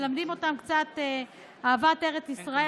מלמדים אותם קצת אהבת ארץ ישראל,